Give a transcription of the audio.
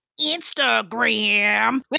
Instagram